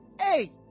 Hey